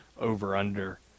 over-under